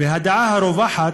והדעה הרווחת,